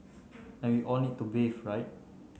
and we all need to bathe right